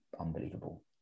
unbelievable